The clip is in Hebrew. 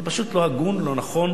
זה פשוט לא הגון, לא נכון.